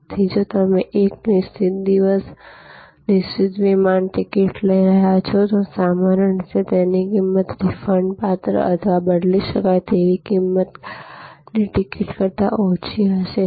તેથી જો તમે એક નિશ્ચિત દિવસ નિશ્ચિત વિમાન ટિકિટ લઈ રહ્યા છો તો સામાન્ય રીતે તેની કિંમત રિફંડપાત્ર અથવા બદલી શકાય તેવી ટિકિટ કરતાં ઓછી હશે